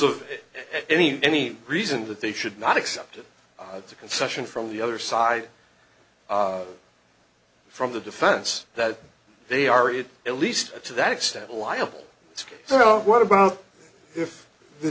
of any any reason that they should not accept it it's a concession from the other side from the defense that they are it at least to that extent liable so what about if the